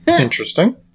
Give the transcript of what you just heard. Interesting